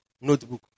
notebook